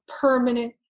permanent